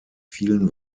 vielen